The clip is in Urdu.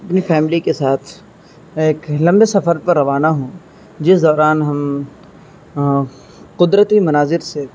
اپنی فیملی کے ساتھ ایک لمبے سفر پر روانہ ہوں جس دوران ہم قدرتی مناظر سے